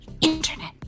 internet